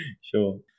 Sure